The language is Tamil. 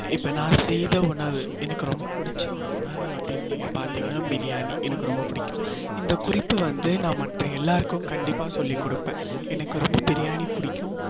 இப்போ நான் செய்த உணவு எனக்கு ரொம்ப பிடிச்ச ஒரு உணவை அப்படினு நீங்கள் பார்த்திங்கனா பிரியாணி எனக்கு ரொம்ப பிடிக்கும் இந்த குறிப்பை வந்து நான் மற்ற எல்லாருக்கும் கண்டிப்பாக சொல்லிக்கொடுப்பேன் எனக்கு ரொம்ப பிரியாணி பிடிக்கும்